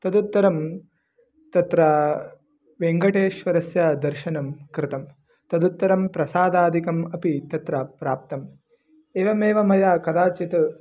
तदुत्तरं तत्र वेङ्कटेश्वरस्य दर्शनं कृतं तदुत्तरं प्रसादादिकम् अपि तत्र प्राप्तम् एवमेव मया कदाचित्